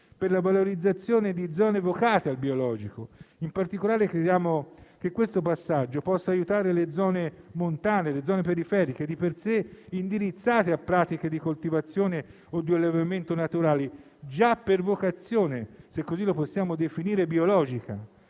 per la valorizzazione di zone vocate al biologico. In particolare, crediamo che questo passaggio possa aiutare le zone montane e le zone periferiche, di per sé indirizzate a pratiche di coltivazione o di allevamento naturali già per vocazione biologica (se così la possiamo definire), grazie